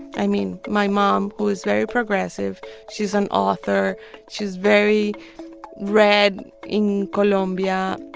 i mean, my mom, who is very progressive she's an author she's very read in colombia